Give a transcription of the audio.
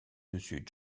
dessus